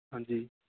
ਹਾਂਜੀ